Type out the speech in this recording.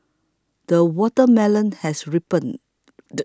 the watermelon has ripened